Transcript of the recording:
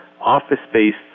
office-based